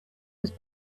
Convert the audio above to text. was